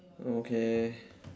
okay